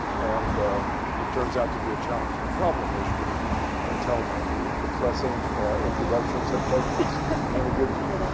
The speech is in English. and it turns out to be a challenging problem as you can tell by the depressing introductions that both of us are going to give to you.